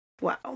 Wow